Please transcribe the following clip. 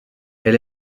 elle